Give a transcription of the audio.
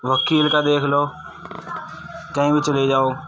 وکیل کا دیکھ لو کہیں بھی چلے جاؤ